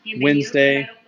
Wednesday